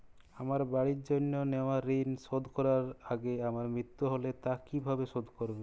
আমার বাড়ির জন্য নেওয়া ঋণ শোধ করার আগে আমার মৃত্যু হলে তা কে কিভাবে শোধ করবে?